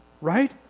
Right